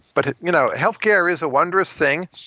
but you know healthcare is a wondrous thing,